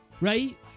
right